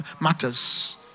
matters